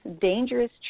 dangerous